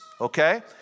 okay